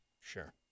Sure